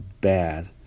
bad